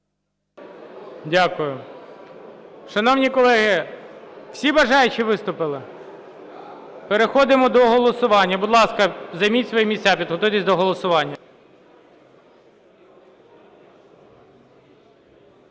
Дякую. Шановні колеги, всі бажаючі виступили? Переходимо до голосування. Будь ласка, займіть свої місця, підготуйтесь до голосування.